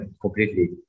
Completely